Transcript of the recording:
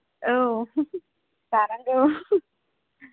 औ जानांगौ